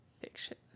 Fiction